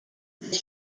that